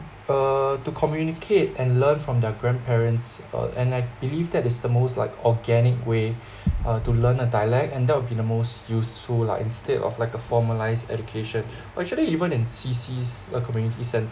uh to communicate and learn from their grandparents uh and I believe that is the most like organic way uh to learn a dialect and that will be the most useful lah instead of like a formalised education actually even in C_C s~ uh community center